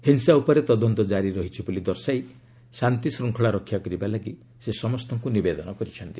ହିଂସା ଉପରେ ତଦନ୍ତ କାରି ରହିଛି ବୋଲି ଦର୍ଶାଇ ଶାନ୍ତି ଶ୍ଚଙ୍ଖଳା ରକ୍ଷା କରିବା ପାଇଁ ସେ ସମସ୍ତଙ୍କୁ ନିବେଦନ କରିଛନ୍ତି